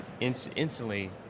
instantly